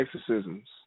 exorcisms